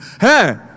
Hey